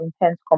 intense